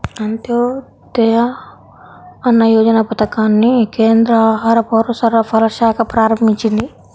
అంత్యోదయ అన్న యోజన పథకాన్ని కేంద్ర ఆహార, పౌరసరఫరాల శాఖ ప్రారంభించింది